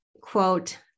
quote